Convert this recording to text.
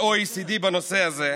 ה-OECD בנושא הזה,